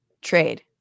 trade